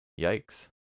Yikes